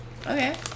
Okay